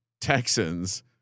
Texans